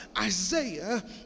Isaiah